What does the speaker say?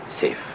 safe